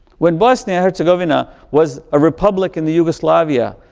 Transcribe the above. when bosnia-herzegovina was a republic in the yugoslavia,